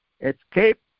escape